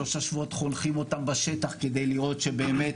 שלושה שבועות חונכים אותם בשטח כדי לראות שבאמת